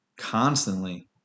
constantly